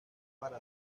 para